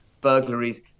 burglaries